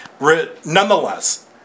nonetheless